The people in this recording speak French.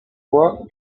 voix